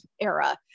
era